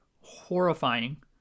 Horrifying